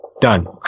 Done